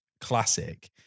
classic